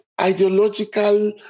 ideological